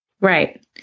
Right